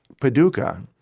paducah